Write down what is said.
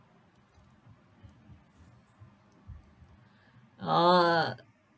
oh